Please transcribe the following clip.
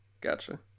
gotcha